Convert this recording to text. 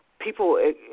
People